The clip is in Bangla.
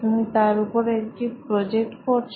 তুমি তার উপর একটি প্রজেক্ট করছ